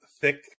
thick